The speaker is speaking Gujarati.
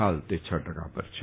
ફાલ તે ક ટકા પર છે